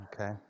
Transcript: okay